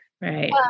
right